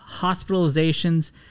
hospitalizations